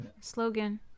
Slogan